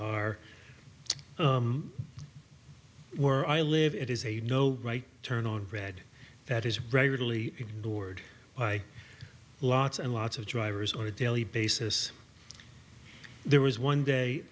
are where i live it is a no right turn on red that is regularly bored by lots and lots of drivers on a daily basis there was one day